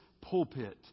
pulpit